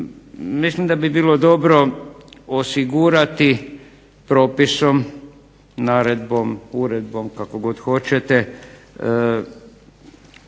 Mislim da bi bilo dobro osigurati propisom, naredbom, uredbom kako god hoćete